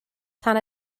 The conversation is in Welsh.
tan